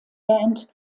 band